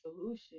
solution